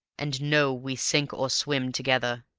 and, know, we sink or swim together.